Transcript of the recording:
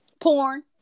Porn